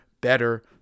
better